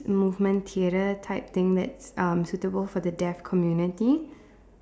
movement theatre type thing that's uh suitable for the deaf community